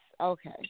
okay